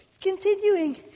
Continuing